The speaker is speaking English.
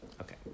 Okay